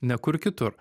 ne kur kitur